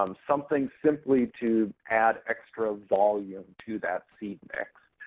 um something simply to add extra volume to that seed mix.